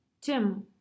Tim